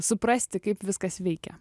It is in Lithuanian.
suprasti kaip viskas veikia